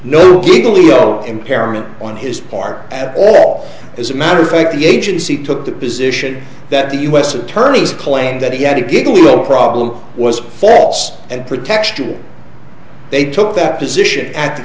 no giggle impairment on his part at all as a matter of fact the agency took the position that the u s attorney's claim that he had a giggle problem was false and protection they took that position at th